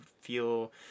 feel